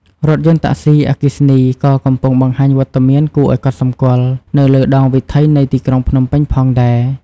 រថយន្តតាក់សុី អគ្គិសនី ក៏កំពុងបង្ហាញវត្តមានគួរឱ្យកត់សម្គាល់នៅលើដងវិថីនៃទីក្រុងភ្នំពេញផងដែរ។